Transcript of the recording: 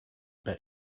bet